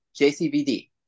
JCVD